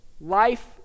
Life